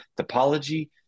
topology